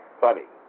funny